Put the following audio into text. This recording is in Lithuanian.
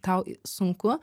tau sunku